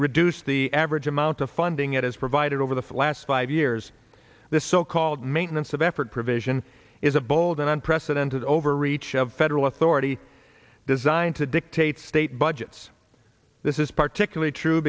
reduced the average amount of funding it has provided over the last five years the so called maintenance of effort provision is a bold and unprecedented overreach of federal authority designed to dictate state budgets this is particularly true